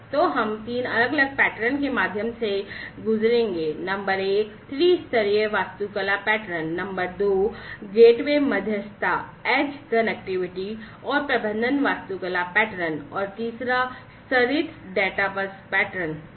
तो हम तीन अलग अलग पैटर्न के माध्यम से गुजरेंगे नंबर एक त्रि स्तरीय वास्तुकला पैटर्न नंबर दो गेटवे मध्यस्थता एज कनेक्टिविटी और प्रबंधन वास्तुकला पैटर्न और तीसरा स्तरित डेटा बस पैटर्न है